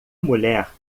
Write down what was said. mulher